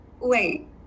wait